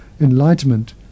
enlightenment